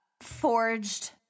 forged